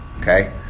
Okay